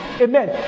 Amen